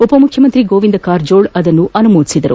ಉಪಮುಖ್ಯಮಂತ್ರಿ ಗೋವಿಂದ ಕಾರಜೋಳ ಅದನ್ನು ಅನುಮೋದಿಸಿದರು